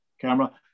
camera